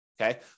okay